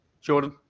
Jordan